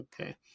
Okay